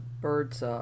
birds